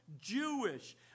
Jewish